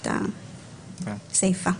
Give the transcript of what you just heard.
גם פה צריך למחוק את הסיפה.